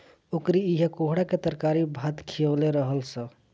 ओकरी इहा कोहड़ा के तरकारी भात खिअवले रहलअ सअ